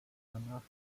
danach